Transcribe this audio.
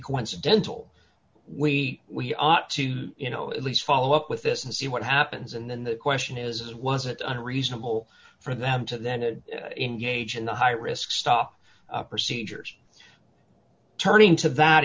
coincidental we we ought to you know at least follow up with this and see what happens and then the question is was it unreasonable for them to then engage in the high risk stop procedures turning to that